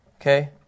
okay